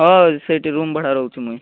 ହଉ ସେଇଠି ରୁମ୍ ଭଡ଼ା ରହୁଛି ମୁଇ